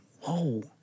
Whoa